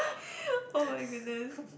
oh-my-goodness